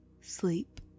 sleep